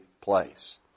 place